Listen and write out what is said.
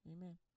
Amen